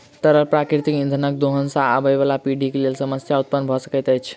तरल प्राकृतिक इंधनक दोहन सॅ आबयबाला पीढ़ीक लेल समस्या उत्पन्न भ सकैत अछि